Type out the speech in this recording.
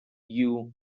you